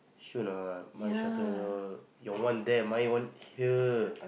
sure not mine shorter than your your one there my one here